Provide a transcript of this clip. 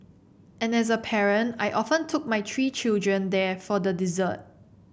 and as a parent I often took my three children there for the dessert